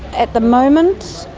at the moment,